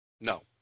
No